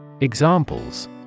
Examples